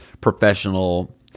professional